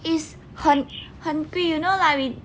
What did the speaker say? is 很很贵 you know like we